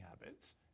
habits